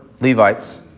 Levites